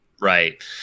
Right